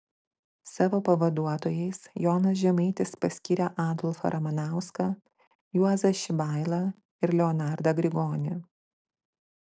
savo pavaduotojais jonas žemaitis paskyrė adolfą ramanauską juozą šibailą ir leonardą grigonį